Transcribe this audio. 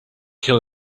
kill